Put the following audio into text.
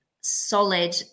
solid